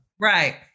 Right